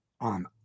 on